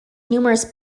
numerous